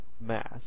Mass